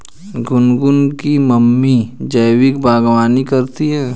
गुनगुन की मम्मी जैविक बागवानी करती है